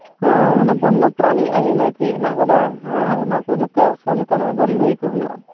ᱦᱮᱸ ᱚᱱᱮ ᱵᱚᱱᱱᱚ ᱯᱨᱟᱱᱤ ᱟᱭᱤᱱᱨᱮ ᱪᱮᱫ ᱦᱮᱱᱟᱜ ᱟᱠᱟᱫᱟ ᱦᱮᱸ ᱚᱱᱟᱠᱩ ᱡᱚᱛᱚ ᱥᱚᱪᱮᱛᱚᱱ ᱵᱷᱟᱵᱮ ᱞᱟᱹᱭᱟᱠᱩ ᱦᱩᱭᱩᱜ ᱟ